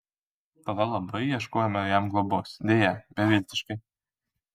tada labai ieškojome jam globos deja beviltiškai